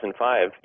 2005